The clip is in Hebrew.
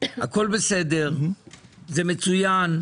הכול בסדר וזה מצוין.